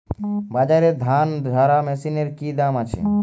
বাজারে ধান ঝারা মেশিনের কি দাম আছে?